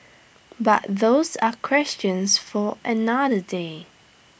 but those are questions for another day